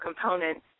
components